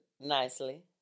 nicely